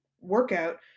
workout